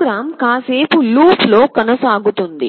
programme కాసేపు loop లో కొనసాగుతుంది